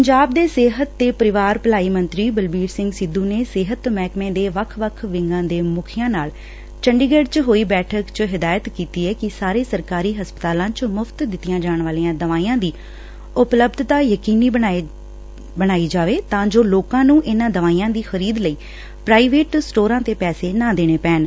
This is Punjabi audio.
ਪੰਜਾਬ ਦੇ ਸਿਹਤ ਤੇ ਪਰਿਵਾਰ ਭਲਾਈ ਮੰਤਰੀ ਬਲਬੀਰ ਸਿੰਘ ਸਿੱਧੁ ਨੇ ਸਿਹਤ ਮਹਿਕਮੇ ਦੇ ਵੱਖ ਵੱਖ ਵਿੰਗਾਂ ਦੇ ਮੁਖੀਆਂ ਨਾਲ ਚੰਡੀਗੜ ਚ ਹੋਈ ਬੈਠਕ ਚ ਹਦਾਇਤ ਕੀਤੀ ਐ ਕਿ ਸਾਰੇ ਸਰਕਾਰੀ ਹਸਪਤਾਲਾਂ ਚ ਮੁਫ਼ਤ ਦਿਤੀਆਂ ਜਾਣ ਵਾਲੀਆਂ ਦਵਾਈਆਂ ਦੀ ਉਪਲੱਬਧਤਾ ਯਕੀਨੀ ਬਣਾਈ ਜਾਵੇ ਤਾਂ ਜੋ ਲੋਕਾਂ ਨੂੰ ਇਨਾਂ ਦਵਾਈਆਂ ਦੀ ਖਰੀਦ ਲਈ ਪ੍ਰਾਈਵੇਟ ਸਟੋਰਾਂ ਤੇ ਪੈਸੇ ਨਾ ਦੇਣੇ ਪੈਣ